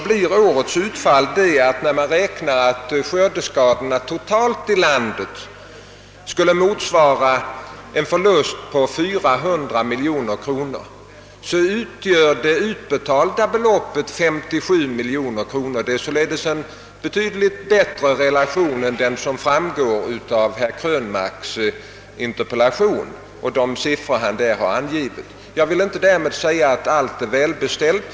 När man räknar med att årets skördeskador totalt i landet skulle motsvara en förlust på 400 miljoner kronor, så utgör det utbetalda ersättningsbeloppet 57 miljoner kronor. Detta är en betydligt bättre relation än den som framgår av de siffror herr Krönmark angivit i sin interpellation. Jag vill inte därmed säga att allt är välbeställt.